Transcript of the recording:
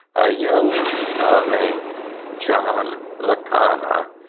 a young fella named john lakona,